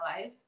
life